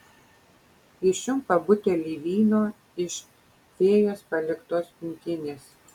jis čiumpa butelį vyno iš fėjos paliktos pintinės